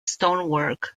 stonework